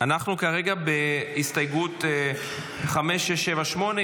אנחנו כרגע בהסתייגות 5678,